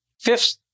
fifth